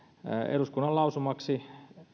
eduskunnan lausumaksi